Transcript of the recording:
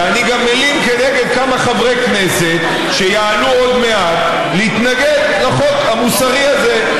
ואני גם מלין כנגד כמה חברי כנסת שיעלו עוד מעט להתנגד לחוק המוסרי הזה.